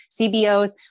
CBOs